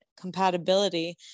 compatibility